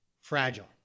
Fragile